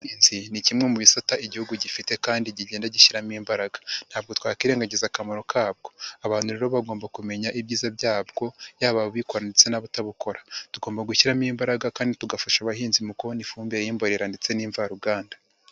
Ubuhinzi ni kimwe mu bisata igihugu gifite kandi kigenda gishyiramo imbaraga, ntabwo twakirengagiza akamaro kabwo, abantu rero bagomba kumenya ibyiza byabwo, yaba ababukora ndetse n'abatabukora, tugomba gushyiramo imbaraga kandi tugafasha abahinzi mu kubona ifumbire y'imborera ndetse n'imvaruganda.